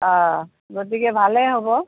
অঁ গতিকে ভালেই হ'ব